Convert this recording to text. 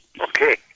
Okay